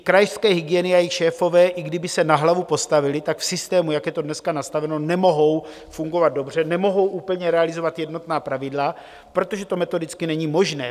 Krajské hygieny a jejich šéfové, i kdyby se na hlavu postavili, tak v systému, jak je to dneska nastaveno, nemohou fungovat dobře, nemohou úplně realizovat jednotná pravidla, protože to metodicky není možné.